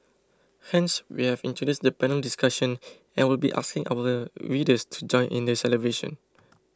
hence we have introduced the panel discussion and will be asking our readers to join in the celebration